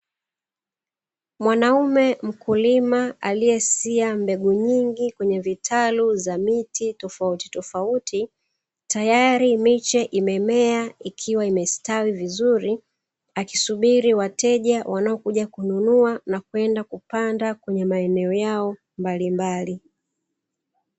Mwanaume mkulima aliyesia mbegu nyingi kwenye vitalu za miti tofautitofauti, tayari miche imemea ikiwa imestawi vizuri, akisubiri wateja wanaokuja kununua na kwenda kupanda kwenye maeneo yao mbalimbali.